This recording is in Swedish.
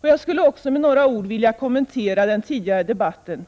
Jag vill också med några ord kommentera den tidigare debatten.